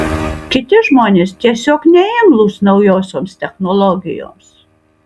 kiti žmonės tiesiog neimlūs naujosioms technologijoms